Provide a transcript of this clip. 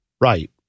Right